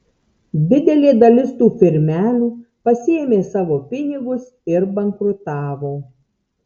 didelė dalis tų firmelių pasiėmė savo pinigus ir bankrutavo